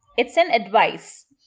it's an advice.